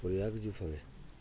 ꯀꯣꯔꯤꯌꯥꯒꯤꯁꯨ ꯐꯪꯉꯦ